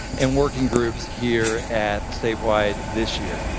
and working groups here at state-wide this year.